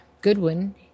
Goodwin